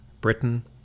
Britain